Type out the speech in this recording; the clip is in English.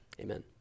amen